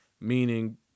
meaning